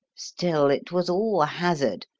still, it was all hazard.